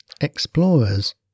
explorers